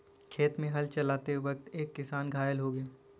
खेत में हल चलाते वक्त एक किसान घायल हो गया